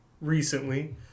recently